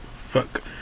fuck